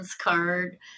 card